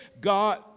God